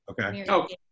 okay